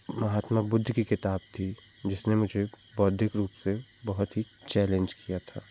महात्मा बुद्ध की किताब थी जिसने मुझे बौद्धिक रूप से बहुत ही चैलेन्ज किया था